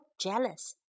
jealous